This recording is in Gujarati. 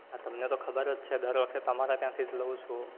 હા તમને તો ખબર જ છે દર વખતે તમારા ત્યાંથી જ લઉં છું